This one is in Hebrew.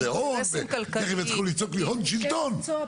אוקיי, טוב.